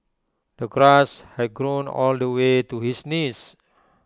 the grass had grown all the way to his knees